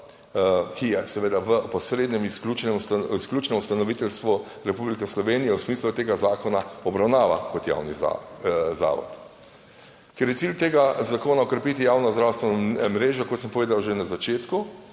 ki je seveda v posrednem, izključnem, izključnem ustanoviteljstvu Republike Slovenije v smislu tega zakona, obravnava kot javni zavod. Ker je cilj tega zakona okrepiti javno zdravstveno mrežo, kot sem povedal že na začetku,